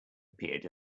appeared